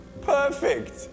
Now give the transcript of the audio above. perfect